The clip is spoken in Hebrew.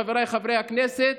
חבריי חברי הכנסת,